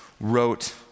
wrote